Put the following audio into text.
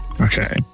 Okay